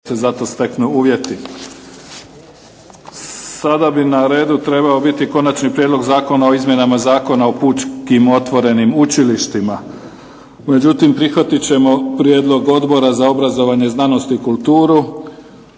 Neven (SDP)** Sada bi na redu trebao biti Konačni prijedlog Zakona o izmjenama Zakona o pučkim otvorenim učilištima, međutim prihvatit ćemo prijedlog Odbora za obrazovanje, znanost i kulturu